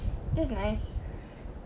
that's nice